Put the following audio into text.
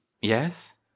Yes